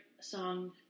song